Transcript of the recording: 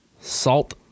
salt